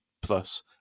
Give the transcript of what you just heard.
plus